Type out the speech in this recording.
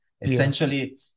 Essentially